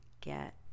get